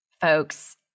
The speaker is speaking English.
folks